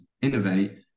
innovate